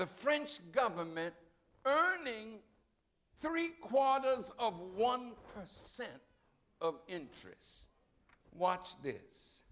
the french government earning three quarters of one per cent of interest watch this